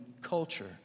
culture